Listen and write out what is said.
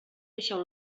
deixeu